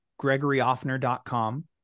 gregoryoffner.com